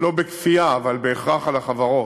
לא בכפייה אבל בהכרח על החברות,